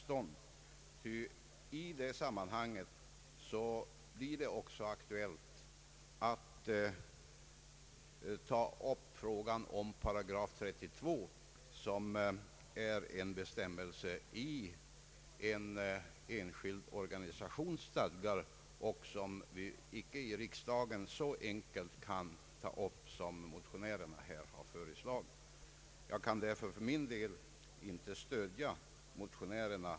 Det blir nämligen i det sammanhanget också aktuellt att ta upp frågan om § 32, som är en bestämmelse i en enskild organisations stadgar och som vi här i riksdagen icke så enkelt som motionärerna tänkt sig kan ta upp till behandling. Jag kan därför för min del inte stödja motionärerna.